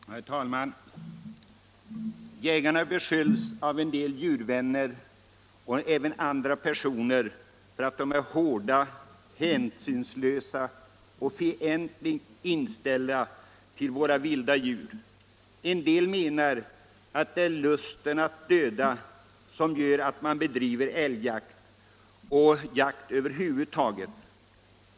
Herr talman! Jägarna beskylls av en del djurvänner och andra för att vara hårda, hänsynslösa och fientligt inställda till djuren i markerna. En del människor menar att det är lusten att döda som gör att någon bedriver älgjakt eller jakt över huvud taget.